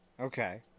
Okay